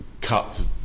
cuts